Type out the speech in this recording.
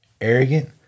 arrogant